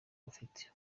bafite